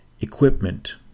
equipment